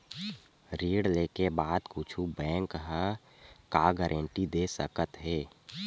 ऋण लेके बाद कुछु बैंक ह का गारेंटी दे सकत हे?